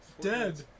Dead